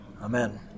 Amen